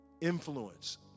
influence